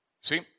see